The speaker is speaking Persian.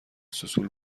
سوسول